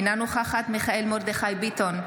אינה נוכחת מיכאל מרדכי ביטון,